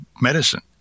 medicine